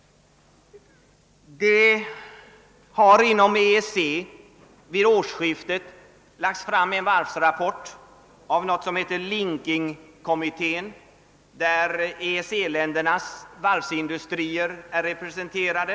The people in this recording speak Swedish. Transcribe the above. Vid årsskiftet lades inom EEC fram en varvsrapport av något som heter Linkingkommittén, där EEC-ländernas varvsindustrier är representerade.